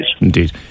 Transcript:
Indeed